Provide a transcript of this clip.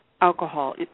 Alcohol